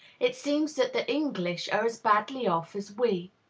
it seems that the english are as badly off as we.